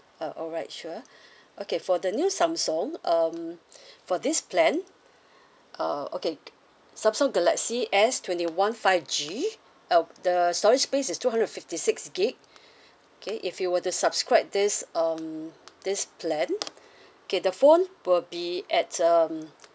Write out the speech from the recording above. uh alright sure okay for the new samsung um for this plan uh okay samsung galaxy S twenty one five G uh the sorry space is two hundred fifty six gig okay if you were to subscribe this um this plan okay the phone will be at um